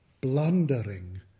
blundering